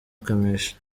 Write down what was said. kamichi